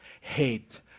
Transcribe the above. Hate